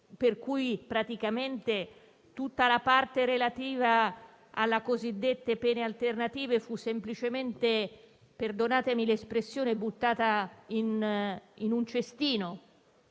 per cui praticamente tutta la parte relativa alle cosiddette pene alternative fu semplicemente - perdonatemi l'espressione - buttata in un cestino.